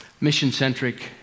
mission-centric